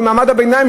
למעמד הביניים,